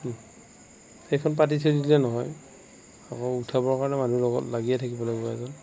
সেইখন পাতি থৈ দিলে নহয় আকৌ উঠাবৰ কাৰণে মানুহ লগত লাগিয়ে থাকিব লাগিব এজন